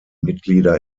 mitglieder